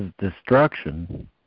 destruction